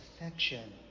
affection